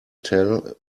tell